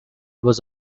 was